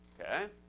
Okay